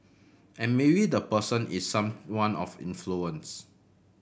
and maybe the person is someone of influence